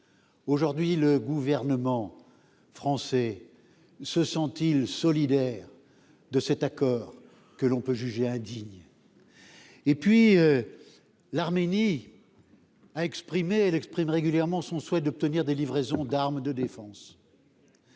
aujourd'hui, le gouvernement français se sentent-ils solidaires de cet accord que l'on peut juger indigne et puis l'Arménie a exprimé elle exprime régulièrement son souhait d'obtenir des livraisons d'armes de défense